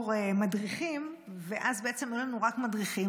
ואז היו רק מדריכים,